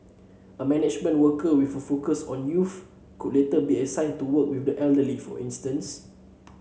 a management worker with a focus on youth could later be assigned to work with the elderly for instance